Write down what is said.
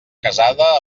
casada